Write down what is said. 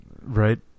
Right